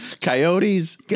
Coyotes